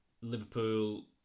Liverpool